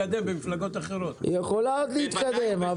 היא יכולה עוד להתקדם,